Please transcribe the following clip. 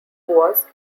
was